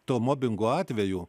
to mobingo atvejų